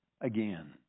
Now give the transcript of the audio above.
again